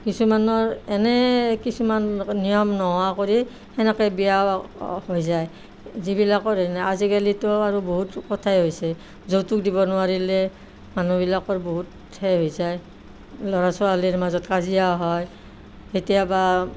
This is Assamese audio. কিছুমানৰ এনেই কিছুমান নিয়ম নোহোৱা কৰি সেনেকৈ বিয়া হৈ যায় যিবিলাকৰ এনে আজিকালিতো আৰু বহুত কথাই হৈছে যৌতুক দিব নোৱাৰিলে মানুহবিলাকৰ বহুত হেৰি হৈ যায় ল'ৰা ছোৱালীৰ মাজত কাজিয়াও হয় কেতিয়াবা